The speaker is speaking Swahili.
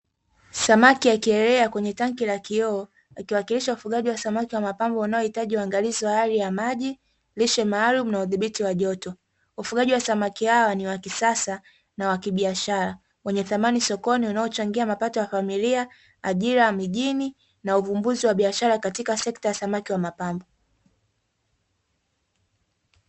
Samaki akielea kwenye taki la kioo likiwakilisha ufugaji wa samaki wa mapambo unayohitaji uangalizi wa hali ya maji, lishe maalumu, na udhibiti wa joto. Ufugaji wa samaki hawa ni wa kisasa na wa kibiashara, kwenye thamani sokoni wanaochangia mapato ya familia, ajira ya mijini na uvumbuzi wa biashara katika sekta ya samaki wa mapambo.